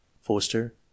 forster